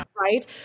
right